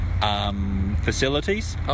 Facilities